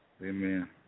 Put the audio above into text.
Amen